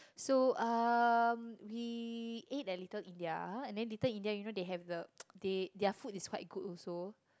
so uh we ate at Little-India and then Little-India you know they have the they their food is quite good also